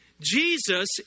Jesus